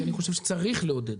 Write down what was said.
כי אני חושב שצריך לעודד,